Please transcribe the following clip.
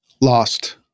Lost